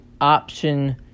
option